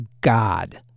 god